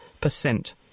percent